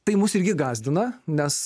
tai mus irgi gąsdina nes